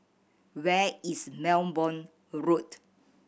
where is Belmont Road